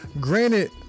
Granted